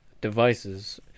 devices